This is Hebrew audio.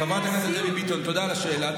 דבי ביטון, תודה על השאלה.